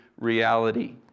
reality